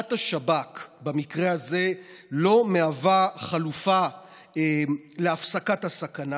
הפעלת השב"כ במקרה הזה לא מהווה חלופה להפסקת הסכנה.